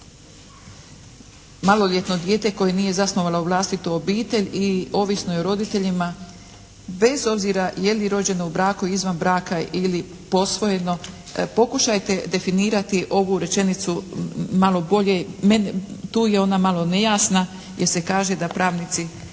maloljetno dijete koje nije zasnovalo vlastitu obitelj i ovisno je o roditeljima bez obzira je li rođeno u braku, izvan braka ili posvojeno pokušajte definirati ovu rečenicu malo bolje. Mene, tu je ona malo nejasna jer se kaže da pravnici